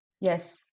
yes